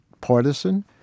partisan